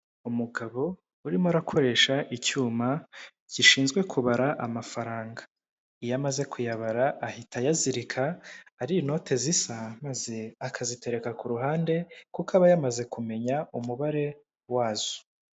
Umugabo urimo arakoresha icyuma gishinzwe kubara amafaranga, iyo amaze kuyabara ahita ayazirika, ari inote zisa maze akazitereka ku ruhande, kuko aba yamaze kumenya umubare wazo.